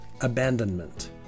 abandonment